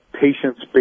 patients